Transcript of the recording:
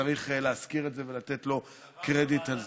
צריך להזכיר את זה ולתת לו קרדיט על זה.